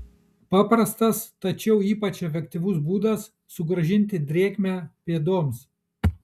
paprastas tačiau ypač efektyvus būdas sugrąžinti drėgmę pėdoms